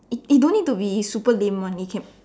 it it don't need to be super lame [one] you can